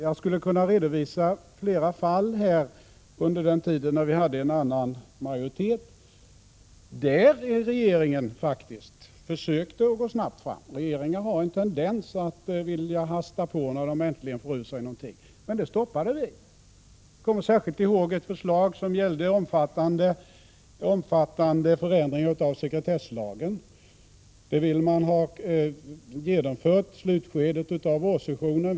Jag skulle kunna redovisa flera fall från den tid när vi hade en annan majoritet och när regeringen faktiskt försökte gå snabbt fram. Regeringar har en tendens att vilja hasta på när de äntligen får ur sig någonting. Men det stoppades. Jag kommer särskilt ihåg ett förslag som gällde omfattande förändringar av sekretesslagen. Det ville man ha genomfört i slutskedet av vårsessionen.